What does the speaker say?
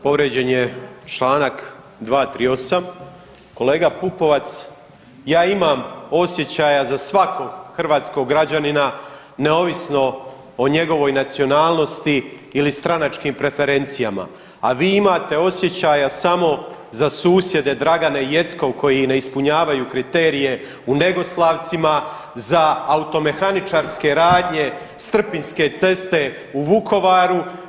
Povrijeđen je čl. 238., kolega Pupovac ja imam osjećaja za svakog hrvatskog građanina neovisno o njegovoj nacionalnosti ili stranačkim preferencijama, a vi imate osjećaja samo za susjede Dragane Jeckov koji ne ispunjavaju kriterije u Negoslavcima za automehaničarske radnje s Trpinjske ceste u Vukovaru.